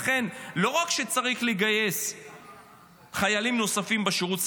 ולכן לא רק שצריך לגייס חיילים נוספים בשירות סדיר,